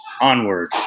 onward